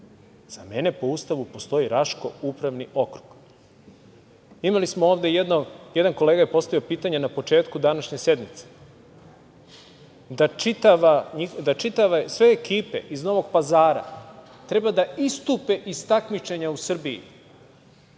Za mene po Ustavu postoji Raško upravni okrug. Imali smo ovde, jedan kolega je postavi pitanje na početku današnje sednice, da sve ekipe iz Novog Pazara treba da istupe iz takmičenja u Srbiji